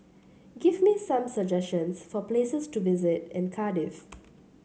give me some suggestions for places to visit in Cardiff